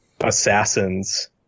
assassins